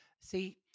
See